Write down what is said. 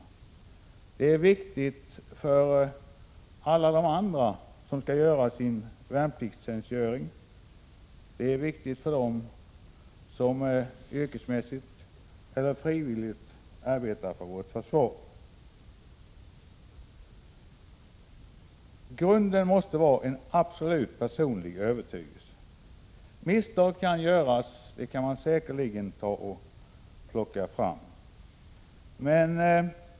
Det är 10 december 1986 viktigt för alla de andra som skall göra sin värnpliktstjänstgöring, det är viktigt för dem som yrkesmässigt eller frivilligt arbetar för vårt försvar. Grunden måste vara en absolut personlig övertygelse. Misstag kan göras — exempel kan man säkerligen plocka fram.